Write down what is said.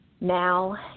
now